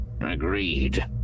Agreed